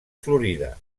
florida